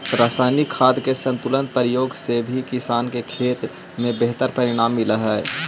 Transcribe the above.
रसायनिक खाद के संतुलित प्रयोग से भी किसान के खेत में बेहतर परिणाम मिलऽ हई